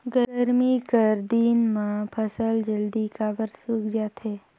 गरमी कर दिन म फसल जल्दी काबर सूख जाथे?